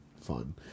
fun